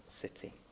city